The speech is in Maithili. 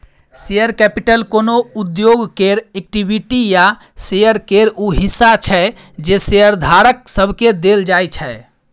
शेयर कैपिटल कोनो उद्योग केर इक्विटी या शेयर केर ऊ हिस्सा छै जे शेयरधारक सबके देल जाइ छै